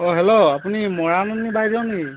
অ hello আপুনি মৰাণ বাইদেউ নি